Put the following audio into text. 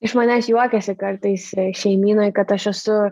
iš manęs juokiasi kartais šeimynoj kad aš esu